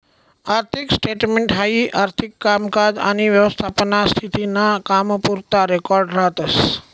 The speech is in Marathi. आर्थिक स्टेटमेंट हाई आर्थिक कामकाज आनी व्यवसायाना स्थिती ना कामपुरता रेकॉर्ड राहतस